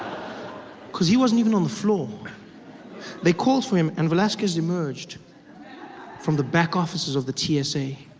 because he wasn't even on the floor they called for him and velasquez emerged from the back offices of the t s a